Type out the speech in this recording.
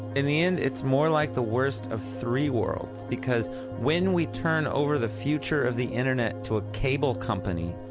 in the end it's more like the worst of three worlds, because when we turn over the future of the internet to a cable company,